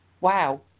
wow